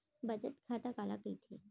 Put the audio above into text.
बचत खाता काला कहिथे?